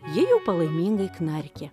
ji jau palaimingai knarkė